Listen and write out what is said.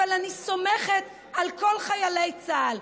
אבל אני סומכת על כל חיילי צה"ל.